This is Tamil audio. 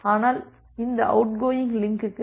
ஆனால் இந்த அவுட்கோயிங் லிங்க்க்கு வேகம் 3 mbps